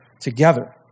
together